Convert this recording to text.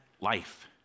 life